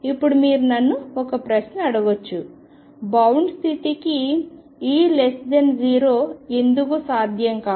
ఇప్పుడు మీరు నన్ను ఒక ప్రశ్న అడగవచ్చు బౌండ్ స్థితికి E0 ఎందుకు సాధ్యం కాదు